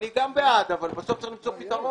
גם אני בעד אבל בסוף צריך למצוא פתרון.